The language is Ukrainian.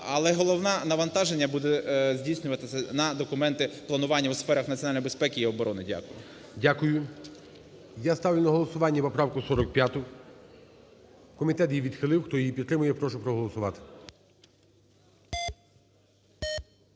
Але головне навантаження буде здійснюватися на документи планування у сферах національної безпеки і оборони. Дякую. ГОЛОВУЮЧИЙ. Дякую. Я ставлю на голосування поправку 45. Комітет її відхилив. Хто її підтримує, прошу проголосувати.